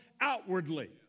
outwardly